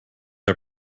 are